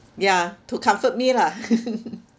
yeah to comfort me lah